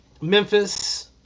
Memphis